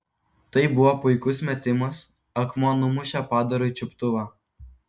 tai buvo puikus metimas akmuo numušė padarui čiuptuvą